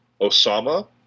osama